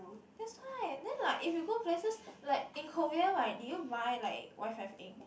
that's why then like if you go places like in Korea right did you buy like WiFi egg